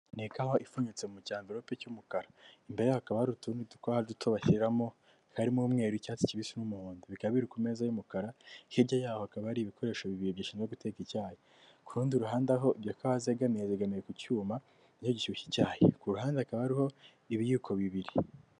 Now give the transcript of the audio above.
Ni ikawa ipfunyitse mu cy'amvirope cy'umukara, imbere yaho hakaba hari utundi duto bashyiramo harimo, umweru, icyatsi kibisi n'umuhondo, bikabi biri ku meza y'umukara, hirya yaho akaba ari ibikoresho bibiri bishinzwe guteka icyayi, ku rundi ruhande aho izo kawa zegamiye, zegamiye ku cyuma nacyo gishyushya icyayi, ku ruhande hakaba hariho ibiyiko bibiri.